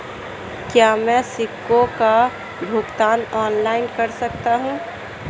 क्या मैं किश्तों का भुगतान ऑनलाइन कर सकता हूँ?